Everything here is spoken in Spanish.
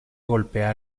golpea